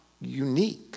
unique